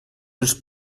лишь